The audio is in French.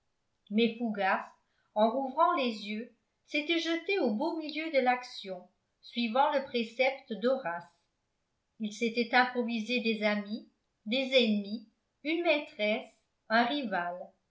mais fougas en rouvrant les yeux s'était jeté au beau milieu de l'action suivant le précepte d'horace il s'était improvisé des amis des ennemis une maîtresse un